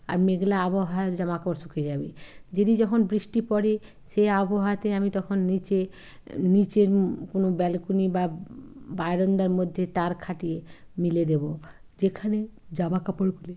আর মেঘলা আবহাওয়ায় জামা কাপড় শুকিয়ে যাবে যেদিন যখন বৃষ্টি পড়ে সেই আবহাওয়াতে আমি তখন নিচে কোন ব্যালকনি বা বারান্দার মধ্যে তার খাটিয়ে মেলে দেব যেখানে জামা কাপড়গুলি